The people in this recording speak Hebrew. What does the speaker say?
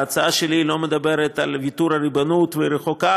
ההצעה שלי לא מדברת על ויתור הריבונות והיא רחוקה